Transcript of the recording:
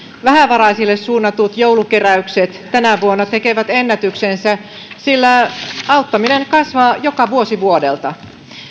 vähävaraisille suunnatut joulukeräykset tänä vuonna tekevät ennätyksensä sillä auttaminen kasvaa vuosi vuodelta